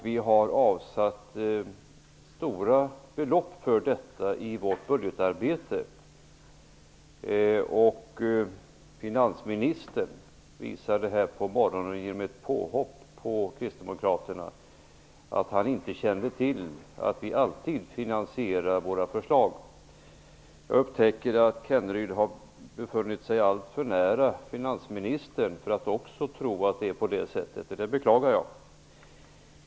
Vi har avsatt stora belopp för detta i vårt budgetarbete. Finansministern visade här på morgonen genom ett påhopp på kristdemokraterna att han inte kände till att vi alltid finansierar våra förslag. Jag upptäcker att Kenneryd har befunnit sig alltför nära finansministern, eftersom han också tror att det är på det sättet. Det beklagar jag.